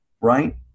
right